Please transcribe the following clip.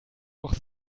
doch